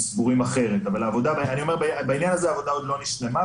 סבורים אחרת אבל בעניין הזה העבודה עוד לא נשלמה,